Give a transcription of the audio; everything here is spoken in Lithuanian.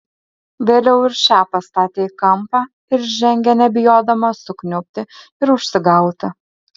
vėliau ir šią pastatė į kampą ir žengė nebijodama sukniubti ir užsigauti